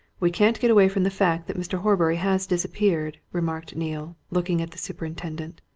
we can't get away from the fact that mr. horbury has disappeared, remarked neale, looking at the superintendent.